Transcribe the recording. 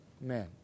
men